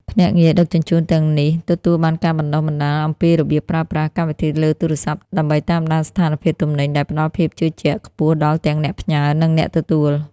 ភ្នាក់ងារដឹកជញ្ជូនទាំងនេះទទួលបានការបណ្ដុះបណ្ដាលអំពីរបៀបប្រើប្រាស់កម្មវិធីលើទូរស័ព្ទ ដើម្បីតាមដានស្ថានភាពទំនិញ ដែលផ្ដល់ភាពជឿជាក់ខ្ពស់ដល់ទាំងអ្នកផ្ញើ និងអ្នកទទួល។